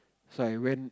so I went